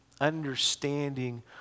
understanding